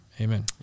Amen